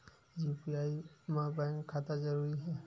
UPI मा bank खाता जरूरी हे?